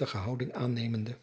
houding aannemende